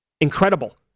Incredible